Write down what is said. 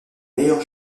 meilleurs